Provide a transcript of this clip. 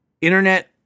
internet